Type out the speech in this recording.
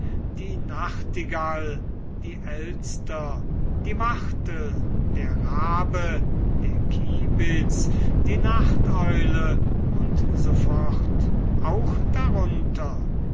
die nachtigall die elster die wachtel der rabe der kibitz die nachteule u s f auch darunter